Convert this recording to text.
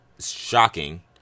shocking